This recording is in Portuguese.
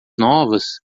novas